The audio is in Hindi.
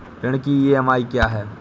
ऋण की ई.एम.आई क्या है?